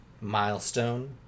milestone